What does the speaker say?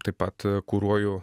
taip pat kuruoju